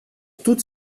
toutes